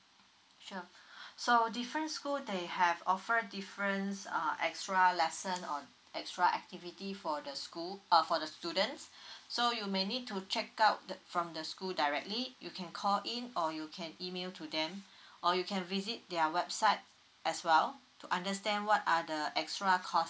sure so different school they have offer different err extra lesson or extra activity for the school uh for the students so you may need to check out that from the school directly you can call in or you can email to them or you can visit their website as well to understand what are the extra cost